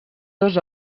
dos